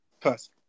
first